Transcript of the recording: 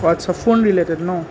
অঁ আচ্ছা phone related ন